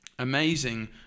amazing